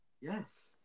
Yes